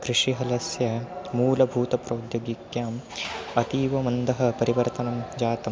कृषिहलस्य मूलभूतप्रौद्यिकिक्याम् अतीवमन्दः परिवर्तनं जातम्